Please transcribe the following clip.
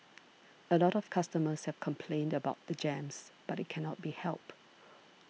a lot of customers have complained about the jams but it cannot be helped